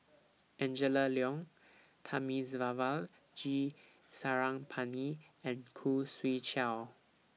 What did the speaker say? Angela Liong Thamizhavel G Sarangapani and Khoo Swee Chiow